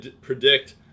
predict